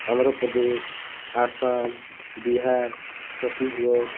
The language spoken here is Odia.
ଆନ୍ଧ୍ରପ୍ରଦେଶ ଆସମ ବିହାର ଛତିଶଗଡ଼